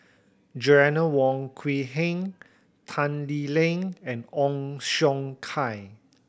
Joanna Wong Quee Heng Tan Lee Leng and Ong Siong Kai